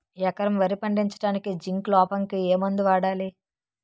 ఎకరం వరి పండించటానికి జింక్ లోపంకి ఏ మందు వాడాలి?